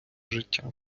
життя